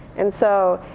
and so,